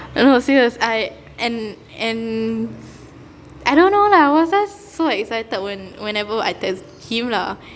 no no serious I and and I don't know lah was I so excited when whenever I text him lah